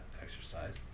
exercise